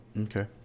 Okay